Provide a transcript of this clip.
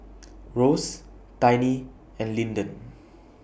Ross Tiny and Linden